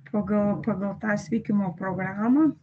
pagal pagal tą sveikimo programą